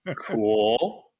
Cool